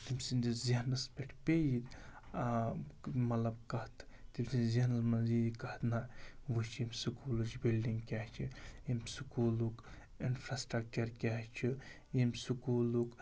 تٔمۍ سٕنٛدِس ذہنَس پٮ۪ٹھ پیٚیہِ مطلب کَتھ تٔمۍ سٕنٛز ذہنَس منٛز یی کَتھ نَہ وُچھ ییٚمہِ سکوٗلٕچ بِلڈِنٛگ کیٛاہ چھِ ییٚمہِ سکوٗلُک اِنفراسٹرٛکچَر کیٛاہ چھُ ییٚمہِ سکوٗلُک